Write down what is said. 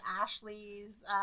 Ashley's